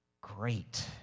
great